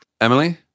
Emily